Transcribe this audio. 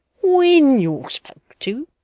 when you're spoke to,